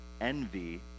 envy